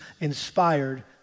inspired